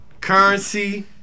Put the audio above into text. Currency